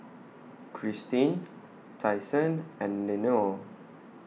Kristine Tyson and Lenore